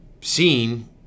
seen